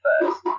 first